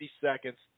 seconds